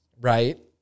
right